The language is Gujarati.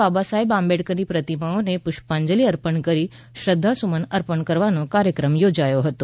બાબા સાહેબ આંબેડકરની પ્રતિમાને પુષ્પાંજલી અર્પણ કરી શ્રદ્ધા સુમન અર્પણ કાર્યક્રમ યોજાયો હતો